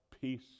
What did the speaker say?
peace